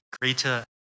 greater